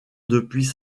depuis